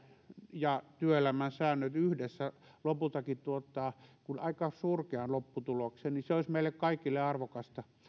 ja työelämän säännöt yhdessä lopultakin tuottavat aika surkean lopputuloksen olisi meille kaikille arvokasta